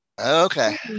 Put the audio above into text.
Okay